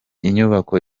inyubako